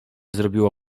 zrobiło